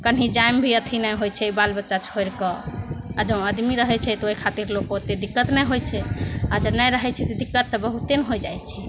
कहीँ जाइमे भी अथी नहि होइ छै बाल बच्चा छोड़िके आओर जँ आदमी रहै छै तऽ ओहि खातिर लोकके ओतेक दिक्कत नहि होइ छै आओर जे नहि रहै छै तऽ दिक्कत बहुते ने हो जाइ छै